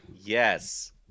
yes